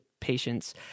patients